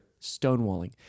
stonewalling